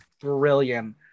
brilliant